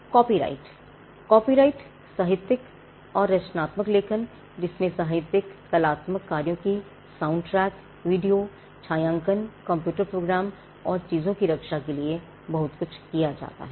copyright copyright साहित्यिक और रचनात्मक लेखन जिसमें साहित्यिक कलात्मक कार्यों की साउंडट्रैक वीडियो छायांकन कंप्यूटर प्रोग्राम और चीजों की रक्षा के लिए बहुत कुछ किया जाता है